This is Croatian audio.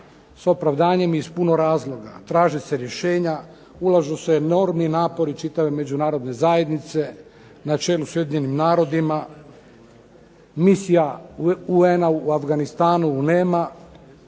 S opravdanjem i s puno razloga. Traži se rješenja, ulažu se enormni napori čitave Međunarodne zajednice na čelu s UN-om. Misija UN-a u Afganistanu nema,